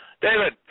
David